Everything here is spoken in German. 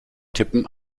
tippen